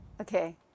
okay